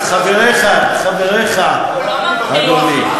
אז חבריך, אדוני.